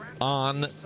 on